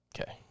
Okay